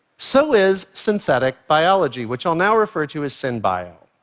so is synthetic biology, which i'll now refer to as synbio.